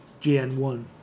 GN1